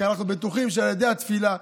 כי אנחנו בטוחים שעל ידי התפילה,